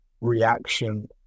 reaction